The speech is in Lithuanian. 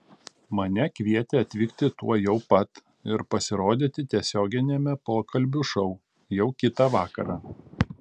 mane kvietė atvykti tuojau pat ir pasirodyti tiesioginiame pokalbių šou jau kitą vakarą